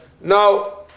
no